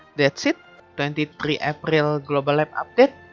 that's it twenty three april global lab update